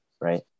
Right